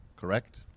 Correct